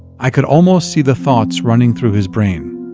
i could almost see the thoughts running through his brain.